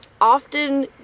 often